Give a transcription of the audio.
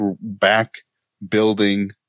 back-building